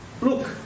Look